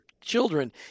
children